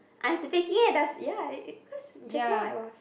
I'm speaking at ya it it because just now it was